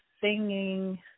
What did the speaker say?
singing